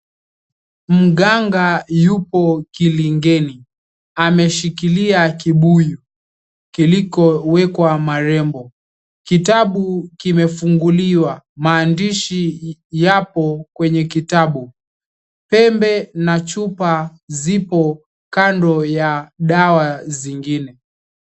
Mganga yupo kilingeni ameshikilia kibuyu kilikowekwa marembo. Kitabu yamefunguliwa, maandishi yapo kwenye kitabu. Pembe na chupa zipo kando ya dawa zingine.